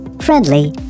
friendly